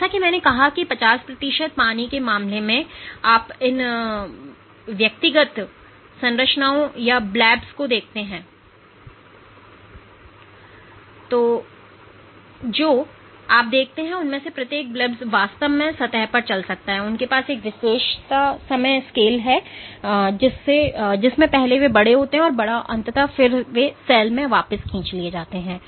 जैसा कि मैंने कहा 50 प्रतिशत पानी के मामले में आप इन व्यक्तिगत संरचनाओं या ब्लब्स को देख सकते हैं जो आप देखते हैं उनमें से प्रत्येक ब्लब्स वास्तव में सतह पर चल सकता है और उनके पास एक विशेषता समय स्केल है जिसमें पहले वे बड़े होते हैं और बड़ा और अंततः वे फिर से सेल में वापस खींच लिए जाते हैं